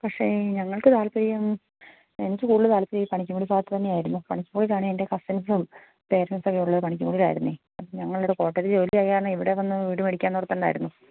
പക്ഷേ ഞങ്ങൾക്ക് താല്പര്യം എനിക്ക് കൂടുതൽ താല്പര്യം ഈ പണിക്കൻകുടി ഭാഗത്തു തന്നെയായിരുന്നു പണിക്കൻകുടിയിലാണ് എൻ്റെ ഹസ്ബൻറ്റും പേരന്റ്സും ഒക്കെ ഉള്ളത് പണിക്കൻകുടിയിൽ ആയിരുന്നു അപ്പോൾ ഞങ്ങളിവടെ കോട്ടയത്ത് ജോലിയായത് കാരണം ഇവിടെ വന്ന് വീട് മേടിക്കാം എന്ന് ഓർത്തുകൊണ്ടായിരുന്നു